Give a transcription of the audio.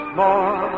more